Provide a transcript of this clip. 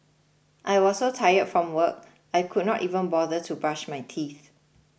I was so tired from work I could not even bother to brush my teeth